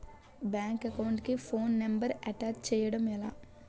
Bank account కి phone number attach చేయడం ఎలా?